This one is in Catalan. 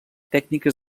tècniques